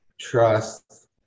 trust